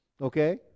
Okay